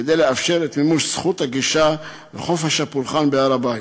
כדי לאפשר את מימוש זכות הגישה וחופש הפולחן בהר-הבית,